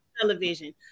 television